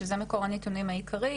שזה מקור הנתונים העיקרי,